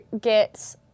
get